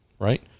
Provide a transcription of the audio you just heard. right